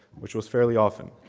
which was fairly often.